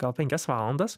gal penkias valandas